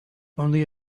only